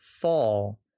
fall